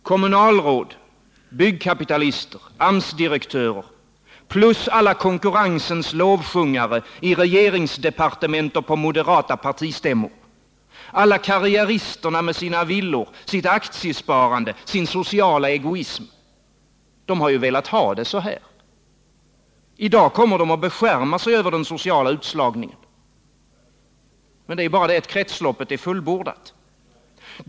Kommunalråd, byggkapitalister, AMS-direktörer plus alla konkurrensens lovsjungare i regeringsdepartement och på moderata partistämmor, alla karriäristerna med sina villor, sitt aktiesparande, sin sociala egoism — de har ju velat ha det så här. I dag beskärmar de sig över den sociala utslagningen, men det är bara så att kretsloppet är fullbordat.